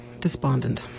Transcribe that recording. Despondent